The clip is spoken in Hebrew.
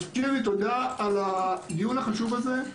אז, שירלי, תודה על הדיון החשוב הזה.